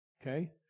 Okay